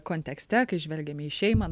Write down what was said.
kontekste kai žvelgiame į šeimą